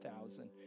thousand